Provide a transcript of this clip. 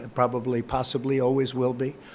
ah probably, possibly always will be.